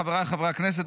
חבריי חברי הכנסת,